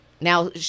Now